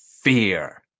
fear